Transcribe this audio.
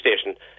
station